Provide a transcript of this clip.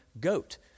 goat